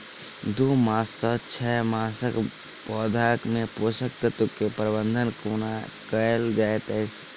दू मास सँ छै मासक पौधा मे पोसक तत्त्व केँ प्रबंधन कोना कएल जाइत अछि?